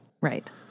Right